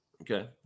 Okay